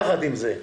יחד עם זאת,